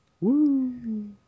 Woo